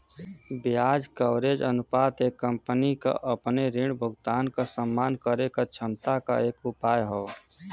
ब्याज कवरेज अनुपात एक कंपनी क अपने ऋण भुगतान क सम्मान करे क क्षमता क एक उपाय हौ